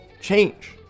Change